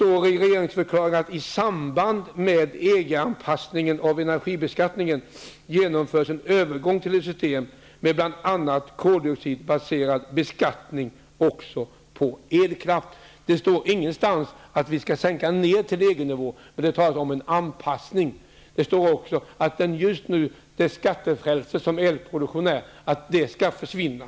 I regeringsförklaringen sägs det: ''I samband med EG-anpassningen av energibeskattningen genomförs en övergång till ett system med bland annat koldioxidbaserad beskattning också på elkraft.'' Ingenstans talas det om att vi skall sänka ner till EG-nivå. Däremot talas det om en anpassning. Det sägs också att det skattefrälse som elproduktionen är skall försvinna.